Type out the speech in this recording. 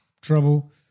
Trouble